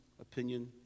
opinion